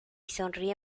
sonríe